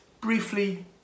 briefly